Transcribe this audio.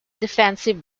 defensive